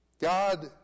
God